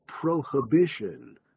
prohibition